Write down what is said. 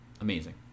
amazing